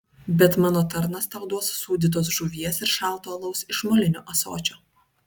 bet mano tarnas tau duos sūdytos žuvies ir šalto alaus iš molinio ąsočio